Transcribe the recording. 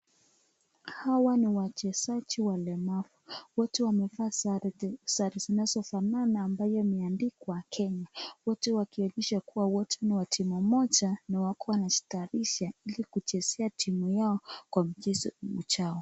Hawa ni wachezaji walemavu. Wote wamevaa sare zinazofanana ambayo imeandikwa Kenya. Wote wakionyesha kuwa wote ni wa timu moja na wakua wanajitayarisha ili kuchezea timu yao kwa mchezo ujao.